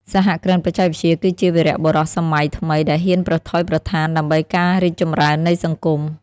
សហគ្រិនបច្ចេកវិទ្យាគឺជាវីរបុរសសម័យថ្មីដែលហ៊ានប្រថុយប្រថានដើម្បីការរីកចម្រើននៃសង្គម។